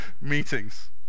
meetings